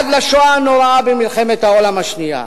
עד לשואה הנוראה במלחמת העולם השנייה.